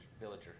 villager